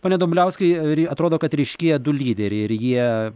pone dumbliauskai ir atrodo kad ryškėja du lyderiai ir jie